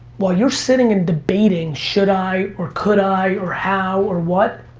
while you're sitting and debating should i or could i or how or what,